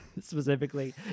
specifically